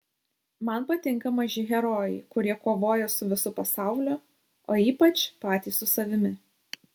man patinka maži herojai kurie kovoja su visu pasauliu o ypač patys su savimi